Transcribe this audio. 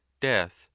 death